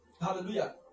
Hallelujah